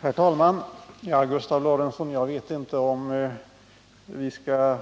Herr talman! Jag vet inte, Gustav Lorentzon, om vi skall